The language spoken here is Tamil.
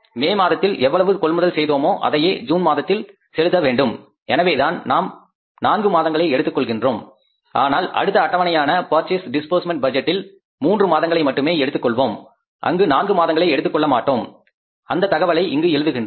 மே மாதத்தில் எவ்வளவு கொள்முதல் செய்தோமோ அதையே ஜூன் மாதத்தில் செலுத்த வேண்டும் எனவேதான் நாம் நான்கு மாதங்களை எடுத்துக் கொள்கின்றோம் ஆனால் அடுத்த அட்டவணையான பர்ச்சேஸ் டிஸ்பூர்ஸ்மெண்ட் பட்ஜெட்டில் மூன்று மாதங்களை மட்டுமே எடுத்துக்கொள்வோம் அங்கு நான்கு மாதங்களை எடுத்துக் கொள்ளமாட்டோம் அந்த தகவலை இங்கு எழுதுகின்றோம்